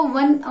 one